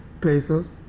Pesos